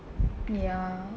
ya